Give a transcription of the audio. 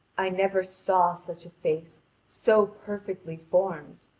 i never saw such a face so perfectly formed,